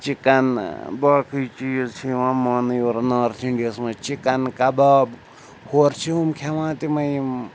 chicken باقٕے چیٖز چھِ یِوان مانٛنہٕ یورٕ نارٕتھ اِنٛڈیاہَس منٛز چِکَن کَباب ہورٕ چھِ ہُم کھٮ۪وان تِمَے یِم